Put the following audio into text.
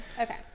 Okay